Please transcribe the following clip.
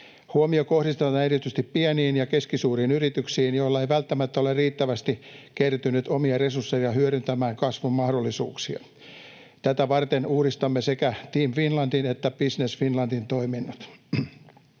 Huomio kohdistetaan erityisesti pieniin ja keskisuuriin yrityksiin, joille ei välttämättä ole riittävästi kertynyt omia resursseja hyödyntämään kasvun mahdollisuuksia. Tätä varten uudistamme sekä Team Finlandin että Business Finlandin toiminnot.